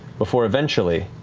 before eventually